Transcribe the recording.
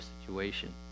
situation